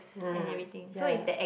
uh ya